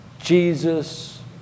Jesus